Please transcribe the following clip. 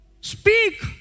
Speak